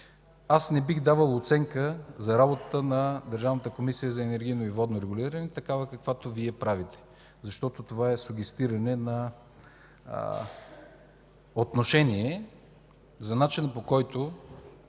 Аз не бих давал оценка за работата на Държавната комисията за енергийно и водно регулиране – такава, каквато Вие правите, защото това е сугестиране на отношение за начина, по който